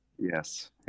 Yes